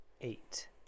Eight